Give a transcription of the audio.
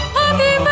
Happy